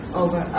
over